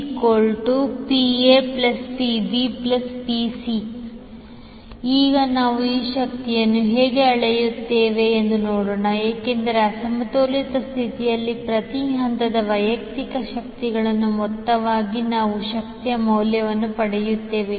𝑃 𝑃𝑎 𝑃𝑏 𝑃𝑐 ಈಗ ನಾವು ಈ ಶಕ್ತಿಯನ್ನು ಹೇಗೆ ಅಳೆಯುತ್ತೇವೆ ಎಂದು ನೋಡೋಣ ಏಕೆಂದರೆ ಅಸಮತೋಲಿತ ಸ್ಥಿತಿಯಲ್ಲಿ ಪ್ರತಿ ಹಂತದ ವೈಯಕ್ತಿಕ ಶಕ್ತಿಗಳ ಮೊತ್ತವಾಗಿ ನಾವು ಶಕ್ತಿಯ ಮೌಲ್ಯವನ್ನು ಪಡೆಯುತ್ತೇವೆ